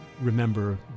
remember